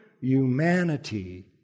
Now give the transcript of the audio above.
humanity